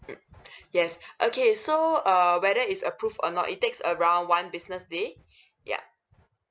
mm yes okay so err whether it's approved or not it takes around one business day yup